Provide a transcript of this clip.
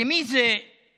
למי זה מספיק